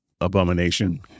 abomination